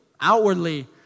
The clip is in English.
outwardly